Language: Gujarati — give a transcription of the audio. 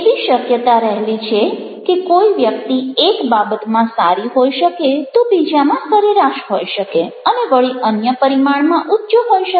એવી શક્યતા રહેલી છે કે કોઈ વ્યક્તિ એક બાબતમાં સારી હોઈ શકે તો બીજામાં સરેરાશ હોઈ શકે અને વળી અન્ય પરિમાણમાં ઉચ્ચ હોઈ શકે